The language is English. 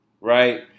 right